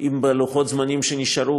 אם בלוחות הזמנים שנשארו,